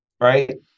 right